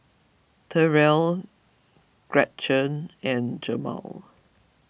Terell Gretchen and Jemal